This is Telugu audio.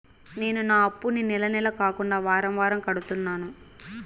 నేను నా అప్పుని నెల నెల కాకుండా వారం వారం కడుతున్నాను